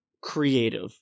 creative